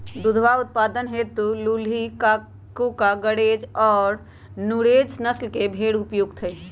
दुधवा उत्पादन हेतु लूही, कूका, गरेज और नुरेज नस्ल के भेंड़ उपयुक्त हई